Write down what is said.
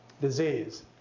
disease